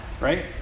right